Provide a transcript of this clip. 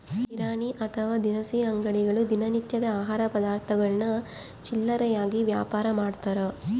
ಕಿರಾಣಿ ಅಥವಾ ದಿನಸಿ ಅಂಗಡಿಗಳು ದಿನ ನಿತ್ಯದ ಆಹಾರ ಪದಾರ್ಥಗುಳ್ನ ಚಿಲ್ಲರೆಯಾಗಿ ವ್ಯಾಪಾರಮಾಡ್ತಾರ